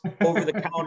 over-the-counter